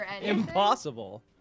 Impossible